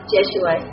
Jeshua